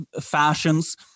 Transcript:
fashions